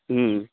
ہوں